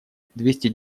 двести